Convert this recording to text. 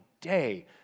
day